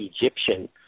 Egyptian